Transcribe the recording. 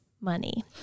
money